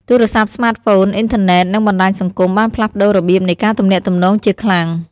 ទូរស័ព្ទស្មាតហ្វូន អ៊ីនធឺណេត និងបណ្តាញសង្គម បានផ្លាស់ប្តូររបៀបនៃការទំនាក់ទំនងជាខ្លាំង។